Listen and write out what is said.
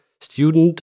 student